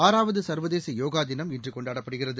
ஆறாவது சா்வதேச யோகா தினம் இன்று கொண்டாடப்படுகிறது